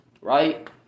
right